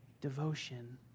devotion